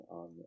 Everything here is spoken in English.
on